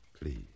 Please